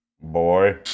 boy